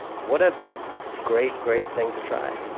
what a great, great thing to try